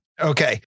Okay